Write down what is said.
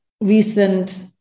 recent